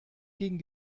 gegen